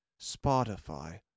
Spotify